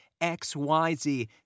XYZ